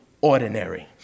ordinary